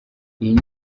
iyi